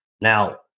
Now